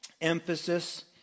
emphasis